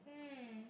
mm